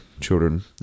children